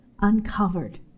uncovered